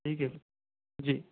ٹھیک ہے جی